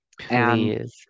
Please